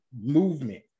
movement